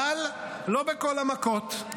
אבל לא בכל המכות,